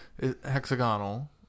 hexagonal